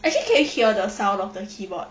actually can you hear the sound of the keyboard